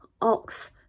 ox